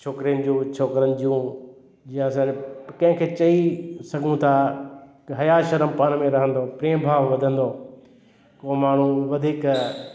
छोकिरियुनि जूं छोकिरनि जूं जीअं असांखे कंहिंखे चई सघूं था की हया शर्म पाण में रहंदो प्रेम भाव वधंदो को माण्हू वधीक